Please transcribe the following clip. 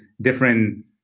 different